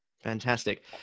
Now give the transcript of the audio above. Fantastic